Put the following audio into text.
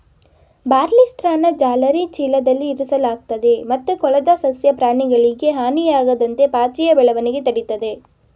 ಬಾರ್ಲಿಸ್ಟ್ರಾನ ಜಾಲರಿ ಚೀಲದಲ್ಲಿ ಇರಿಸಲಾಗ್ತದೆ ಮತ್ತು ಕೊಳದ ಸಸ್ಯ ಪ್ರಾಣಿಗಳಿಗೆ ಹಾನಿಯಾಗದಂತೆ ಪಾಚಿಯ ಬೆಳವಣಿಗೆ ತಡಿತದೆ